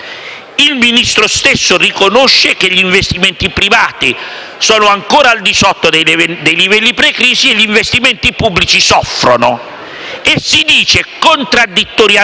Il Ministro stesso riconosce che gli investimenti privati sono ancora al di sotto dei livelli precrisi e che gli investimenti pubblici soffrono. Contraddittoriamente si